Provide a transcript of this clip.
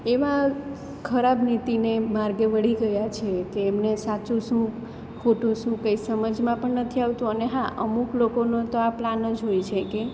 એવા ખરાબ નીતિને માર્ગે વળી ગયા છે કે એમને સાચું શું ખોટું શું કંઈ સમજમાં પણ નથી આવતું અને હા અમુક લોકોનો તો આ પ્લાન જ હોય છે કે